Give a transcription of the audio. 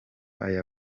aya